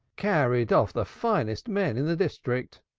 carried off the finest man in the district.